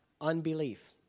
unbelief